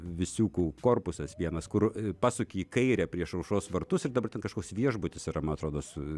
visiukų korpusas vienas kur pasuki į kairę prieš aušros vartus ir dabar ten kažkoks viešbutis yra man atrodo su